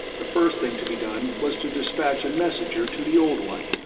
the first thing to be done was to despatch a messenger to the old one,